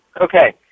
Okay